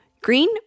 Green